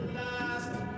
last